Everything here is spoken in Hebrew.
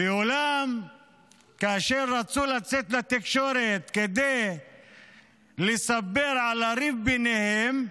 אולם כאשר רצו לצאת לתקשורת כדי לספר על הריב ביניהם,